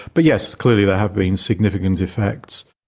but yes, clearly there have been significant effects.